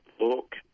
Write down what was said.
look